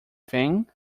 thing